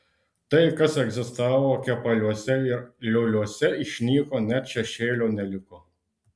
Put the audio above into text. tai kas egzistavo kepaliuose ir lioliuose išnyko net šešėlio neliko